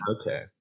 Okay